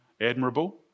admirable